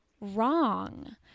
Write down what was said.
wrong